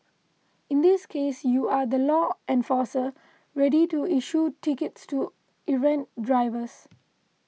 in this case you are the law enforcer ready to issue tickets to errant drivers